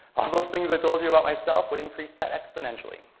all those things i told you about myself would increase that exponentially.